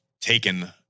taken